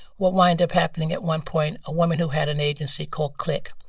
what wound up happening, at one point, a woman who had an agency called click.